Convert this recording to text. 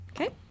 okay